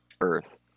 Earth